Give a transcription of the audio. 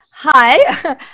Hi